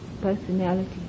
personality